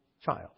child